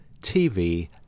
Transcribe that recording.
TV